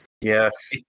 Yes